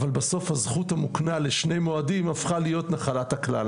אבל בסוף הזכות המוקנה לשני מועדים הפכה להיות נחלת הכלל.